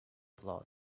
plot